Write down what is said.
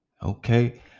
okay